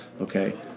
Okay